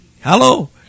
Hello